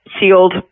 sealed